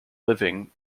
living